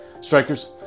Strikers